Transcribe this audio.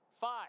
Five